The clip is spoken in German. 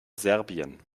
serbien